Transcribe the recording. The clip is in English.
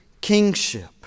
kingship